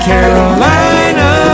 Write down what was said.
Carolina